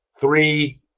three